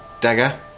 dagger